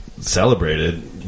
celebrated